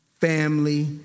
family